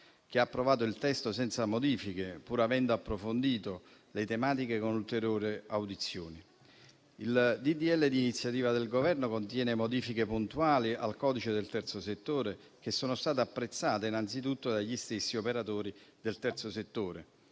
che ha approvato il testo senza modifiche, pur avendo approfondito le tematiche con ulteriori audizioni. Il disegno di legge di iniziativa del Governo contiene modifiche puntuali al codice del terzo settore, che sono state apprezzate innanzitutto dagli stessi operatori del terzo settore,